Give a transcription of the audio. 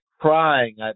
crying